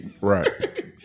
Right